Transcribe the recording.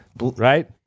Right